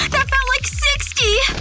that felt like sixty!